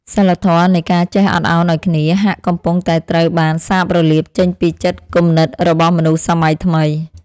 សីលធម៌នៃការចេះអត់ឱនឱ្យគ្នាហាក់កំពុងតែត្រូវបានសាបរលាបចេញពីចិត្តគំនិតរបស់មនុស្សសម័យថ្មី។